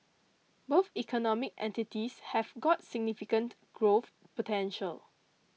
both economic entities have got significant growth potential